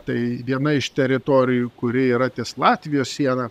tai viena iš teritorijų kuri yra ties latvijos siena